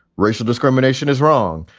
racial discrimination is wrong,